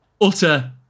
utter